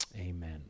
Amen